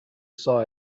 saw